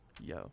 Yo